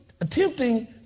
attempting